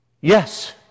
Yes